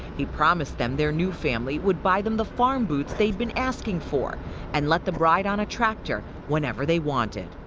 he promised them their new family would buy them the farm boots they had been asking for and let them ride on a tractor whenever they wanted.